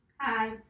hi